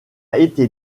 été